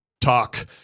talk